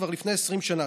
כבר לפני 20 שנה,